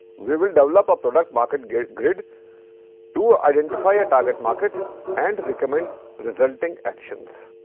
we will develop a product market grid grid to identify a target market and recommend resulting actions.